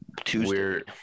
Tuesday